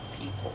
people